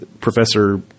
Professor